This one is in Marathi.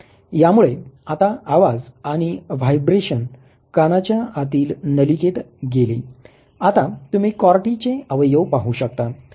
यामुळे आता आवाज आणि व्हायब्रेषण कानाच्या आतील नलिकेत गेले आता तुम्ही कॉर्टी चे अवयव पाहू शकता